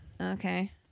Okay